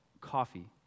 coffee